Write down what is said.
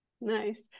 Nice